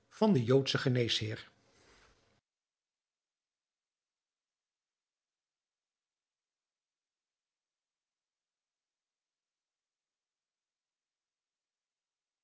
van den joodschen geneesheer